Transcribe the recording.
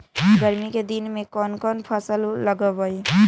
गर्मी के दिन में कौन कौन फसल लगबई?